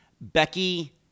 Becky